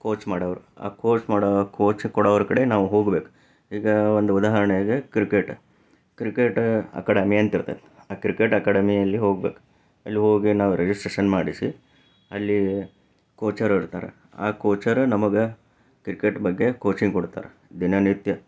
coach ಮಾಡೋವ್ರು ಆ coach ಮಾಡೋ ಕೋಚ್ ಕೊಡೊವ್ರ ಕಡೆ ನಾವು ಹೋಗಬೇಕು ಈಗ ಒಂದು ಉದಾಹರಣೆಗೆ ಕ್ರಿಕೆಟ್ ಕ್ರಿಕೆಟ್ ಅಕಾಡಮಿ ಅಂತ ಇರತೈತಿ ಆ ಕ್ರಿಕೆಟ್ ಅಕಾಡಮಿಯಲ್ಲಿ ಹೋಗಬೇಕು ಅಲ್ಲಿ ಹೋಗಿ ನಾವು ರಿಜಿಸ್ಟ್ರೇಷನ್ ಮಾಡಿಸಿ ಅಲ್ಲಿ ಕೋಚರು ಇರ್ತಾರೆ ಆ ಕೋಚರು ನಮಗೆ ಕ್ರಿಕೆಟ್ ಬಗ್ಗೆ ಕೋಚಿಂಗ್ ಕೊಡ್ತಾರೆ ದಿನನಿತ್ಯ